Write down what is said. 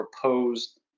proposed